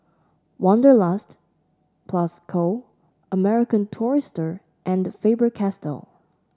Wanderlust Plus Co American Tourister and Faber Castell